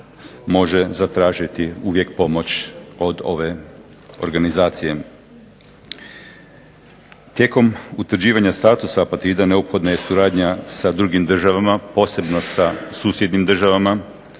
može zatražiti uvijek pomoć od ove organizacije. Tijekom utvrđivanja statusa apatrida neophodna je suradnja sa drugim državama, posebno sa susjednim državama